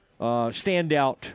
standout